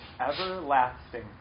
everlasting